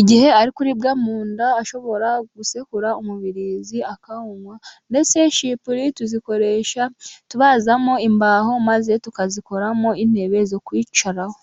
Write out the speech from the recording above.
igihe umuntu ari kuribwa mu nda， ashobora gusekura umubirizi akawunywa， ndetse sipuri tuzikoresha tubazamo imbaho，maze tukazikoramo intebe zo kwicaraho.